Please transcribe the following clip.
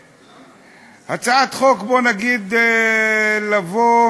הצעת חוק, בוא נגיד, לבוא